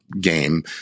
game